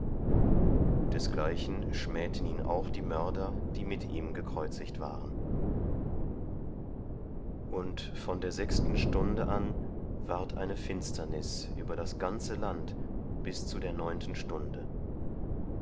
desgleichen schmähten ihn auch die mörder die mit ihm gekreuzigt waren und von der sechsten stunde an ward eine finsternis über das ganze land bis zu der neunten stunde